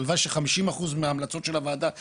הלוואי ש- 50% מההמלצות של הוועדה יתקבלו,